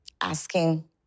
Asking